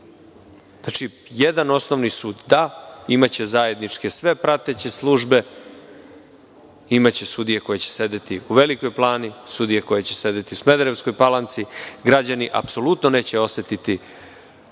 sudovi. Znači, jedan osnovni sud. Da, imaće zajedničke sve prateće službe, imaće sudije koje će sedeti u Velikoj Plani, sudije koje će sedeti u Smederevskoj Palanci. Građani apsolutno neće osetiti